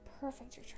perfect